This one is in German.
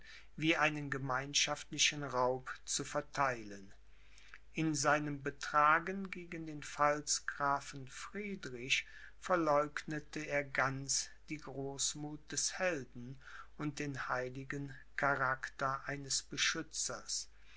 wie einen gemeinschaftlichen raub zu vertheilen in seinem betragen gegen den pfalzgrafen friedrich verleugnete er ganz die großmuth des helden und den heiligen charakter eines beschützers